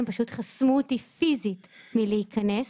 הם פשוט חסמו אותי פיזית מלהיכנס,